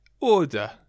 order